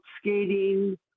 skating